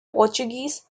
portuguese